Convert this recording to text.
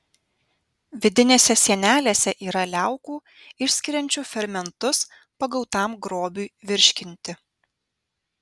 vidinėse sienelėse yra liaukų išskiriančių fermentus pagautam grobiui virškinti